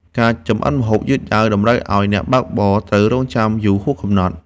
ការចម្អិនម្ហូបយឺតយ៉ាវតម្រូវឱ្យអ្នកបើកបរត្រូវរង់ចាំយូរហួសកំណត់។